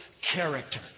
character